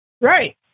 Right